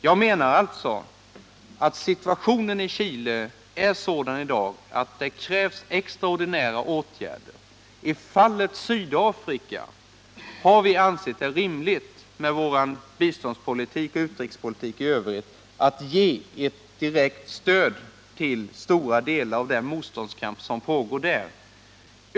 Jag menar alltså att situationen i Chile i dag är sådan att det krävs extraordinära åtgärder. I fallet Sydafrika har vi ansett det rimligt — med hänsyn till vår biståndspolitik och utrikespolitik i övrigt att ge direkt stöd till stora delar av den motståndskamp som pågår där.